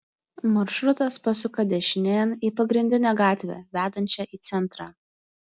maršrutas pasuka dešinėn į pagrindinę gatvę vedančią į centrą